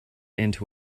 into